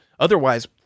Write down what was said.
Otherwise